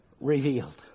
revealed